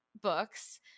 books